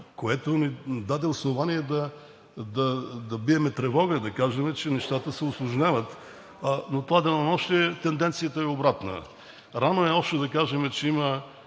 което ни даде основание да бием тревога и да кажем, че нещата се усложняват, но през това денонощие тенденцията е обратна. Рано е още да кажем, че има